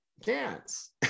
dance